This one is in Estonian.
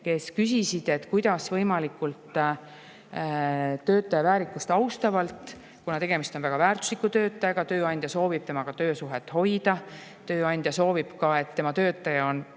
kes küsisid, kuidas [toimida] võimalikult töötaja väärikust austavalt, kuna tegemist on väga väärtusliku töötajaga, tööandja soovib temaga töösuhet hoida, tööandja soovib ka, et tema töötaja on